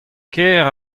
kaer